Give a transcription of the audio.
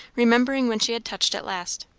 remembering when she had touched it last.